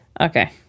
Okay